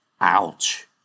ouch